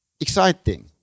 exciting